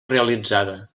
realitzada